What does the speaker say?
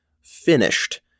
finished